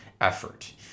effort